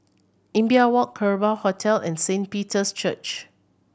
Imbiah Walk Kerbau Hotel and Saint Peter's Church